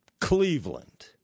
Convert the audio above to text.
Cleveland